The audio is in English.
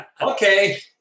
Okay